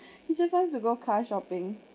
he just wants to go car shopping